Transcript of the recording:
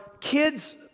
kids